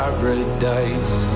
Paradise